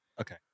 Okay